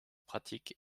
pratique